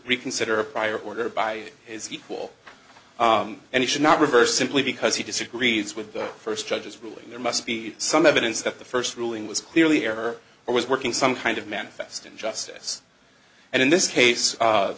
reconsider a prior order by his equal and he should not reverse simply because he disagrees with the first judge's ruling there must be some evidence that the first ruling was clearly error or was working some kind of manifest injustice and in this case